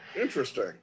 Interesting